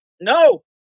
No